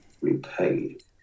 repaid